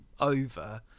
over